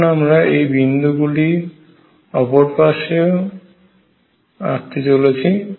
এখন আমরা এই বিন্দুগুলি অপর পাশে ও আঁকতে চলেছি